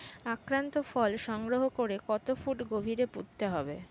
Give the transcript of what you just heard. আক্রান্ত ফল সংগ্রহ করে কত ফুট গভীরে পুঁততে হবে?